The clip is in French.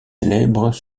célèbres